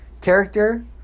character